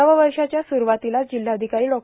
नववषाच्या सुरवातीलाच जिल्हाधिकारीं डॉ